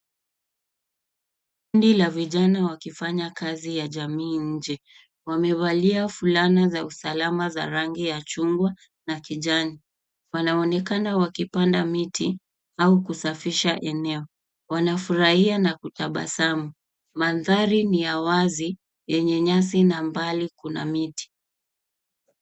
Kundi la vijana wakifanya kazi ya jamii nje. Wamevalia fulana za usalama za rangi ya chungwa na kijani. Wanaonekana wakipanda miti au kusafisha eneo. Wanafurahia na kutabasamu. Mandhari ni ya wazi yenye nyasi na mbali kuna miti.